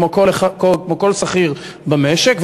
כמו כל שכיר במשק.